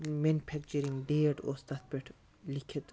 manufacturing date اوس تتھ پیٚٹھ لیٖکھِتھ